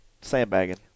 sandbagging